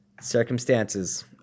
Circumstances